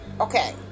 okay